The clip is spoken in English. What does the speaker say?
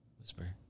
Whisper